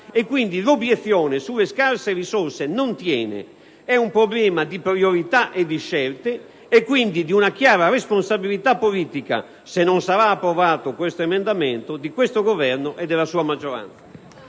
l'obiezione sulle scarse risorse non tiene: è un problema di priorità e di scelte, e quindi di una chiara responsabilità politica - se non sarà approvato questo emendamento - di questo Governo e della sua maggioranza.